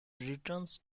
returned